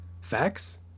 facts